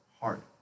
hard